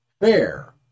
Fair